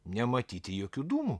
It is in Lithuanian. nematyti jokių dūmų